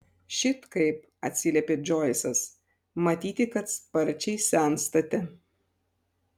šit kaip atsiliepė džoisas matyti kad sparčiai senstate